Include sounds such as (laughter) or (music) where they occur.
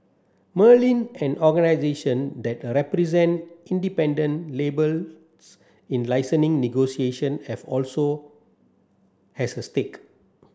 Merlin an organisation that a represent independent labels in (unintelligible) negotiation have also has a stake